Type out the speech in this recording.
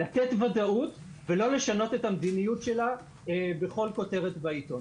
לתת ודאות ולא לשנות את המדיניות שלה בכל כותרת בעיתון.